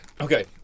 Okay